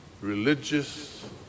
religious